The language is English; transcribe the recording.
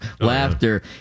laughter